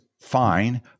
fine